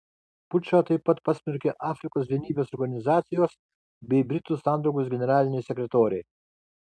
pučą taip pat pasmerkė afrikos vienybės organizacijos bei britų sandraugos generaliniai sekretoriai